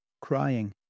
crying